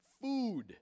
food